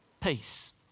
peace